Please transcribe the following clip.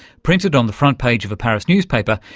printed on the front-page of a paris newspaper,